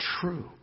true